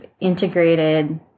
integrated